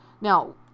Now